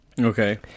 Okay